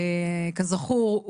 כזכור,